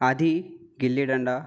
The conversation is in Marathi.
आधी गिल्ली डंडा